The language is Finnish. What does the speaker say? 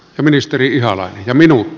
ministeri ihalainen minuutti